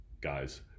guys